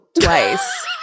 twice